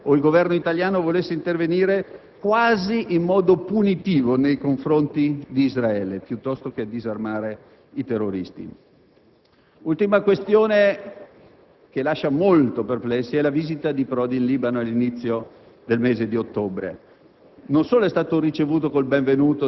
Noi sappiamo, per esempio, che il Governo centrale libanese non ha il controllo del territorio; sappiamo di più, che tollera la presenza di formazioni militari irregolari su quella parte di territorio. Queste armi in quali mani finirebbero?